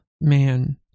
man